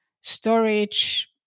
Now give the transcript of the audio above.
storage